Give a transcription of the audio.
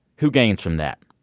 who gains from that?